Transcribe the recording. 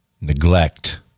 neglect